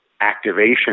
activation